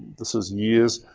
this is years.